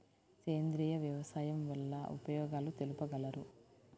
సేంద్రియ వ్యవసాయం వల్ల ఉపయోగాలు తెలుపగలరు?